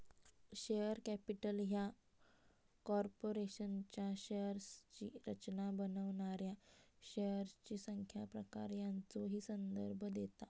share capital ह्या कॉर्पोरेशनच्या शेअर्सची रचना बनवणाऱ्या शेअर्सची संख्या, प्रकार यांचो ही संदर्भ देता